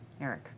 Eric